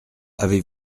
avez